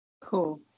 Cool